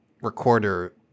recorder